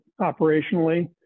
operationally